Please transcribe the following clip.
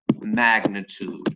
magnitude